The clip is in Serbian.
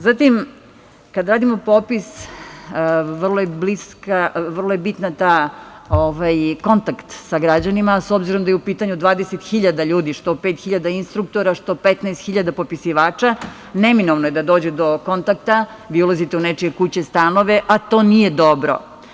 Zatim, kada radimo popis vrlo je bitan kontakt sa građanima, obzirom da je u pitanju 20.000 ljudi, što 5.000 instruktora, što 15.000 popisivača, neminovno je da dođe do kontakta, obilazite nečije kuće, stanove, a to nije dobro.